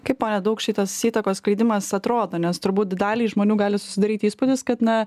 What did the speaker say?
kaip pone dauk šitas įtakos skleidimas atrodo nes turbūt daliai žmonių gali susidaryti įspūdis kad na